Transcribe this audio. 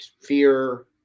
fear